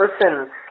person